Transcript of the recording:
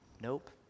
Nope